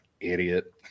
idiot